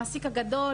למעסיק גדול,